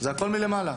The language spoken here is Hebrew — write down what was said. זה הכול מלמעלה.